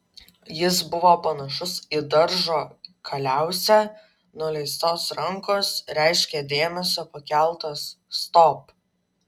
jis buvo panašus į daržo kaliausę nuleistos rankos reiškė dėmesio pakeltos stop